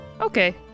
okay